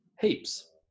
Heaps